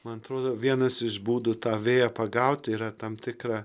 man atrodo vienas iš būdų tą vėją pagauti yra tam tikra